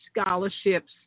scholarships